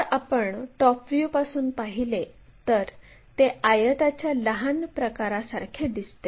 जर आपण टॉप व्ह्यूपासून पाहिले तर ते आयताच्या लहान प्रकारासारखे दिसते